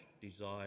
desire